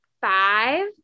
five